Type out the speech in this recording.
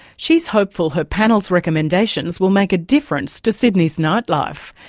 she's hopeful her panel's recommendations will make a difference to sydney's nightlife.